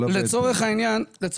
ואף חברת ביטוח לא מוכנה לבטח